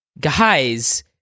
guys